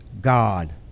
God